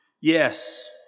Yes